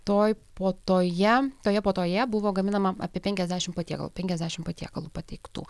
toj puotoje toje puotoje buvo gaminama apie penkiasdešimt patiekalų penkiasdešimt patiekalų pateiktų